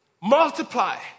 multiply